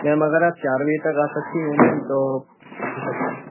ma'am मगर आप चार बजे तक आ सकती हो मैम तो हो सकता है